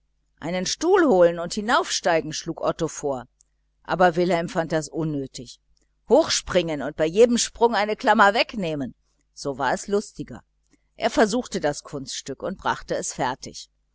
einen stuhl holen und hinaufsteigen schlug otto vor aber wilhelm fand das unnötig hochspringen und bei jedem sprung eine klammer wegnehmen so war es lustiger er probierte das kunststück und brachte es fertig